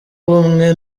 ubumwe